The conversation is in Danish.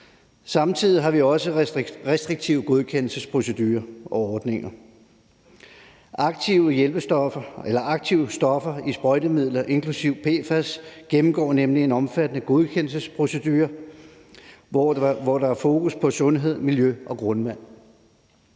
Samtidig har vi også restriktive godkendelsesprocedurer og -ordninger. Aktive stoffer i sprøjtemidler inklusive PFAS gennemgår nemlig en omfattende godkendelsesprocedure, hvor der er fokus på sundhed, miljø og grundvand.